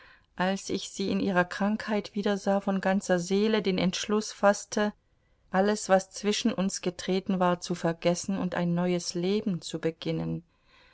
als ich sie in ihrer krankheit wiedersah von ganzer seele den entschluß faßte alles was zwischen uns getreten war zu vergessen und ein neues leben zu beginnen